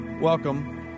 Welcome